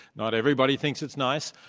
not everybody thinks it's nice.